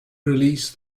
release